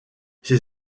ses